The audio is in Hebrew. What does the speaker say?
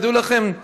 תדעו לכם,